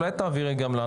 אולי תעבירי גם לנו.